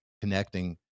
connecting